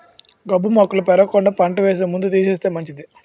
గాబు మొక్కలు పెరగకుండా పంట వేసే ముందు తీసేస్తే మంచిది